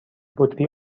بطری